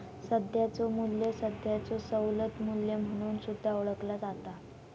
सध्याचो मू्ल्य सध्याचो सवलत मू्ल्य म्हणून सुद्धा ओळखला जाता